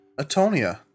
Atonia